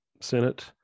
Senate